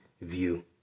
view